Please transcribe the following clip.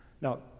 Now